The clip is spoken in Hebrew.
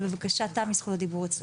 בבקשה תמי, זכות הדיבור שלך.